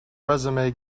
resume